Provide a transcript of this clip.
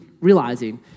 realizing